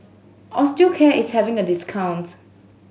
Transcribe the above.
Osteocare is having a discount